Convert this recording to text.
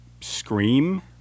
Scream